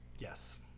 Yes